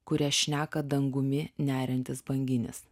kuria šneka dangumi neriantis banginis